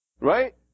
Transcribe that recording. Right